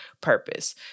purpose